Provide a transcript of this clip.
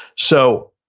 so,